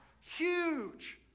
huge